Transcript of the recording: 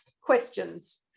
questions